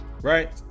right